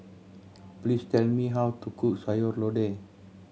please tell me how to cook Sayur Lodeh